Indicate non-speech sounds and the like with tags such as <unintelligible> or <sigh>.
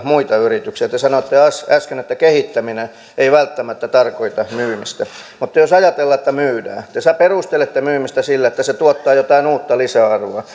muita yrityksiä te sanoitte äsken että kehittäminen ei välttämättä tarkoita myymistä mutta jos ajatellaan että myydään te perustelette myymistä sillä että se tuottaa jotain uutta lisäarvoa <unintelligible>